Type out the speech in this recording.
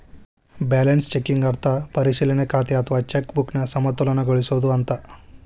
balance checking ಅರ್ಥ ಪರಿಶೇಲನಾ ಖಾತೆ ಅಥವಾ ಚೆಕ್ ಬುಕ್ನ ಸಮತೋಲನಗೊಳಿಸೋದು ಅಂತ